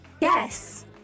yes